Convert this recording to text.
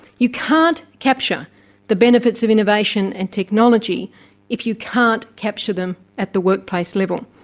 you can't capture the benefits of innovation and technology if you can't capture them at the workplace level.